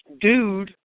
dude